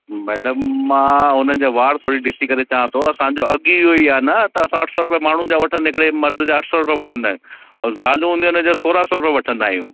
madam मां हुन जा वार थोरी ॾिसी करे चवां थो असांजो अघु इहो ई आहे न त असां अठ सौ रुपए माण्हू जा वठंदे हिकिड़े मर्द जा अठ सौ रुपए वठंदा आहियूं ज़ालू हूंदियूं आहिनि उन जा सोरहं सौ रुपए वठंदा आहियूं